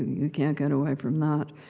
you can't get away from that.